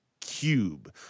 cube